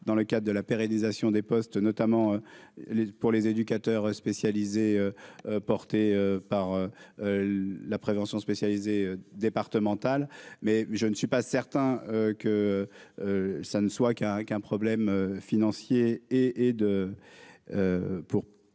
dans le cadre de la pérennisation des postes notamment les pour les éducateurs spécialisés, porté par la prévention spécialisée départemental mais je ne suis pas certain que ça ne soit qu'un qu'un problème financier et et